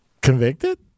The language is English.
convicted